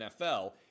NFL